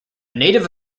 native